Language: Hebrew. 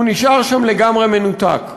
הוא נשאר שם לגמרי מנותק.